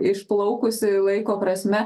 išplaukusi laiko prasme